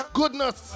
goodness